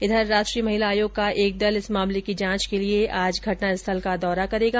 वहीं राष्ट्रीय महिला आयोग का एक दल इस मामले की जांच के लिए आज घटना स्थल का दौरा करेगा